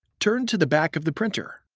turn to the back of the printer.